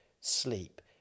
sleep